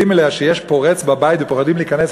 אליה כשיש פורץ בבית ופוחדים להיכנס,